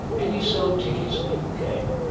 and you sold tickets and people came?